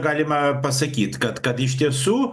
galima pasakyt kad kad iš tiesų